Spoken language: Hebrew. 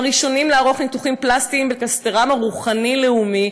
הראשונים לערוך ניתוחים פלסטיים בקלסתרם הרוחני-לאומי